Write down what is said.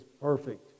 perfect